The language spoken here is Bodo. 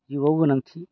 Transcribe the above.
जिउआव गोनांथि